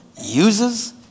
uses